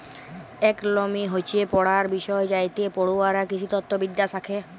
agronomy হচ্যে পড়ার বিষয় যাইতে পড়ুয়ারা কৃষিতত্ত্ব বিদ্যা শ্যাখে